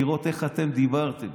ולראות איך אתם דיברתם.